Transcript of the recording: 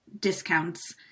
discounts